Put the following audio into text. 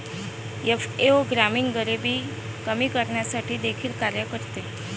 FAO ग्रामीण गरिबी कमी करण्यासाठी देखील कार्य करते